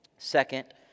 Second